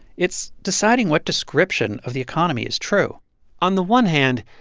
it's deciding what description of the economy is true on the one hand,